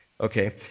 Okay